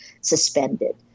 suspended